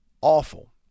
awful